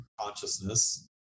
Consciousness